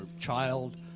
child